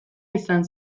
izan